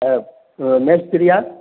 ஆ மேஸ்திரியா